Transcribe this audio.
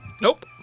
Nope